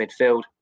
midfield